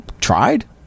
tried